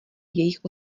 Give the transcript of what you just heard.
jejich